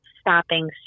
stopping